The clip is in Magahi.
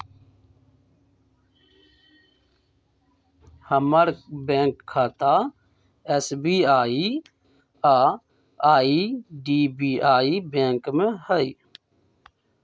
हमर बैंक खता एस.बी.आई आऽ आई.डी.बी.आई बैंक में हइ